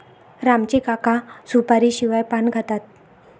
राम चे काका सुपारीशिवाय पान खातात